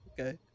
Okay